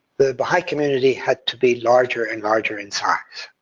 the baha'i community had to be larger and larger in size.